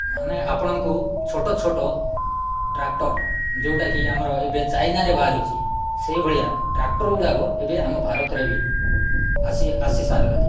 ଆମେ ଆପଣଙ୍କୁ ଛୋଟ ଛୋଟ ଟ୍ରାକ୍ଟର୍ ଯେଉଁଟାକି ଆମର ଏବେ ଚାଇନାରେ ବାହାରୁଛି ସେହିଭଳିଆ ଟ୍ରାକ୍ଟର୍ଗୁଡ଼ାକ ଏବେ ଆମ ଭାରତରେ ବି ଆସି ଆସିସାରିଲାଣି